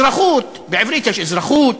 בעברית יש אזרחות,